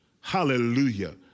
Hallelujah